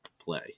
play